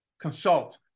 consult